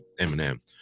Eminem